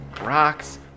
rocks